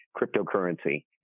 cryptocurrency